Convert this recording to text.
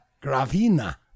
Gravina